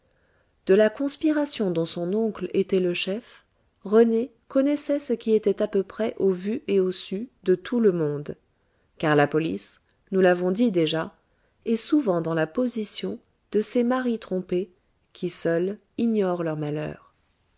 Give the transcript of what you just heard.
de la conspiration dont son oncle était le chef rené connaissait ce qui était à peu près au vu et au su de tout le monde car la police nous l'avons dit déjà est souvent dans la position de ces maris trompés qui seuls ignorent leur malheur